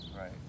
Right